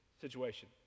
situation